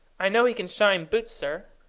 i know he can shine boots, sir.